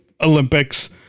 Olympics